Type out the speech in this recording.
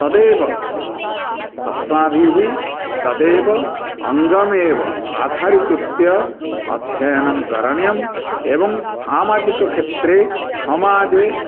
तदेव अस्माभिः तदेव अङ्गमेव आधारिकृत्य अध्ययनं करणीयम् एवं सामाजिक क्षेत्रे समाजे